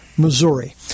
Missouri